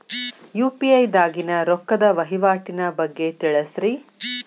UPI ದಾಗಿನ ರೊಕ್ಕದ ವಹಿವಾಟಿನ ಬಗ್ಗೆ ತಿಳಸ್ರಿ